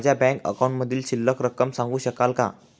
माझ्या बँक अकाउंटमधील शिल्लक रक्कम सांगू शकाल का?